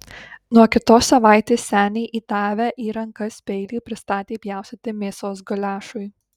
nuo kitos savaitės senį įdavę į rankas peilį pristatė pjaustyti mėsos guliašui